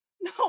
no